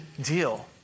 deal